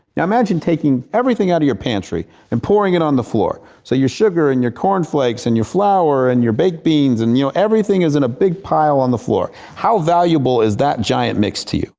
yeah imagine taking everything out of your pantry and pouring it on the floor. so your sugar and your cornflakes and your flour and your baked beans and, you know, everything is in a big pile on the floor. how valuable is that giant mix to you?